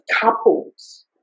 couples